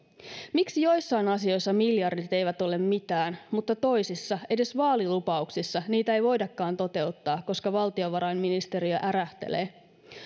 miksi joissain asioissa miljardit eivät ole mitään mutta toisissa edes vaalilupauksissa niitä ei voidakaan toteuttaa koska valtiovarainministeriö ärähtelee